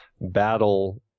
battle